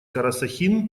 карасахин